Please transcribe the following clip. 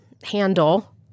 Handle